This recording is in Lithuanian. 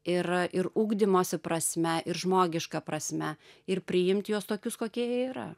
ir ir ugdymosi prasme ir žmogiška prasme ir priimti juos tokius kokie jie yra